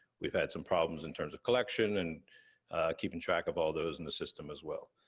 we've had some problems in terms of collection, and keeping track of all those in the system as well.